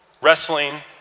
wrestling